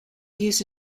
used